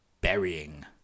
burying